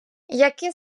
які